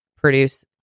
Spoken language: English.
produce